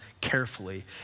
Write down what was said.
carefully